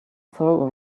throw